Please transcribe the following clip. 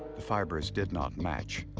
the fibers did not match.